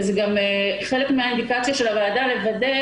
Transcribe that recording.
וזו חלק מהאינדיקציה של הוועדה לוודא